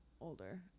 older